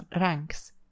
ranks